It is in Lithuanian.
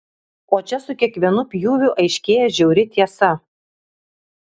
o čia su kiekvienu pjūviu aiškėja žiauri tiesa